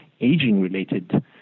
aging-related